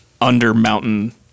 under-mountain